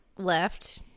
Left